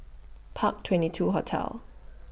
Park twenty two Hotel